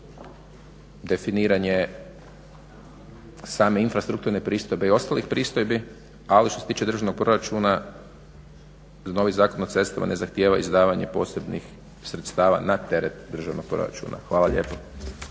definiranje same infrastrukturne pristojbe i ostalih pristojbi, ali što se tiče državnog proračuna novi Zakon o cestama ne zahtjeva izdavanje posebnih sredstava na teret državnog proračuna. Hvala lijepo.